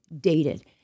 dated